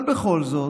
אבל בכל זאת,